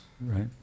right